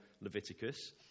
leviticus